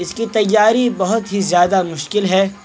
اس کی تیاری بہت ہی زیادہ مشکل ہے